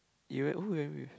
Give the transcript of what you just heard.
you went who you went with